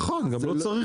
נכון גם לא צריך.